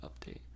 update